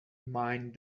mind